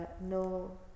no